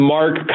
Mark